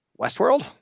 Westworld